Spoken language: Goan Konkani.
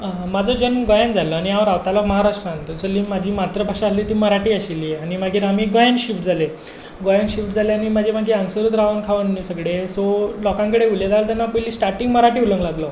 म्हजो जल्म गोंयान जाल्लो आनी हांव रावतालो महाराष्ट्रान थंयसरली म्हजी मात्रृभाशा आसली ती मराठी आशिल्ली आनी मागीर आमी गोंयान शिफ्ट जाले गोंयान शिफ्ट जाले आनी म्हजी मागीर हांगासरूच रावन खावन न्हय सगळें सो लोकां कडेन उलयतालो तेन्ना पयलीं स्टाटींग मराठी उलोवंक लागलो